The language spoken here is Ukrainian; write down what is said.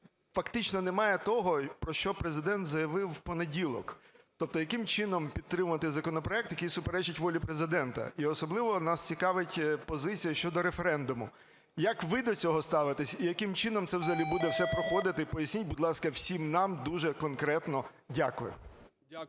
фактично немає того, про що Президент заявив у понеділок. Тобто яким чином підтримувати законопроект, який суперечить волі Президента? І особливо нас цікавить позиція щодо референдуму. Як ви до цього ставитесь і яким чином це взагалі буде все проходити, поясніть, будь ласка, всім нам дуже конкретно. Дякую.